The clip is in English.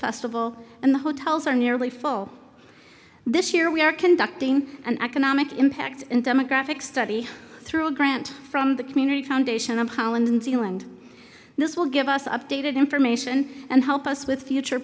festival and the hotels are nearly full this year we are conducting an economic impact and demographic study through a grant from the community foundation of holland zealand this will give us updated information and help us with future